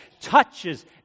touches